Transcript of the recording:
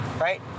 right